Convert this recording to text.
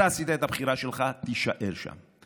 אתה עשית את הבחירה שלך, תישאר שם.